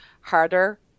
harder